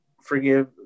forgive